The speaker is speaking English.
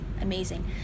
amazing